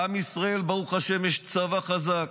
לעם ישראל, ברוך השם, יש צבא חזק,